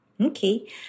Okay